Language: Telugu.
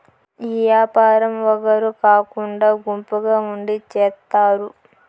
ఈ యాపారం ఒగరు కాకుండా గుంపుగా ఉండి చేత్తారు